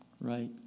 right